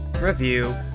review